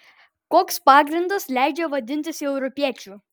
koks pagrindas leidžia vadintis europiečiu